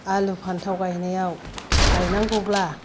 आलु फान्थाव गाइनायाव गाइनांगौब्ला